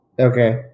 Okay